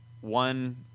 one